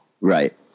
Right